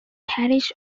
parish